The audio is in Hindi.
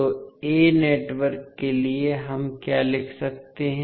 तो a नेटवर्क के लिए हम क्या लिख सकते हैं